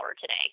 today